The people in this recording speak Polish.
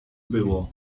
było